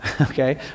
okay